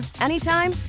anytime